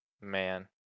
Man